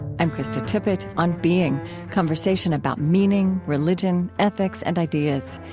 i'm krista tippett, on being conversation about meaning, religion, ethics, and ideas.